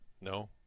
No